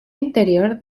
interior